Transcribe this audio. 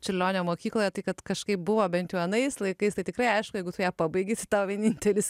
čiurlionio mokykloje tai kad kažkaip buvo bent jau anais laikais tai tikrai aišku jeigu tu ją pabaigi tau vienintelis